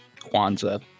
Kwanzaa